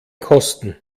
kosten